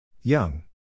Young